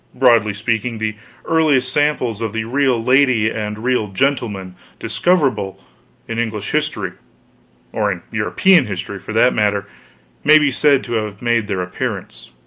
broadly speaking, the earliest samples of the real lady and real gentleman discoverable in english history or in european history, for that matter may be said to have made their appearance.